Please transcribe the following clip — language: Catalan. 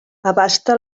abasta